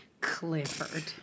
Clifford